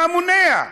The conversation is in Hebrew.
מה מונע?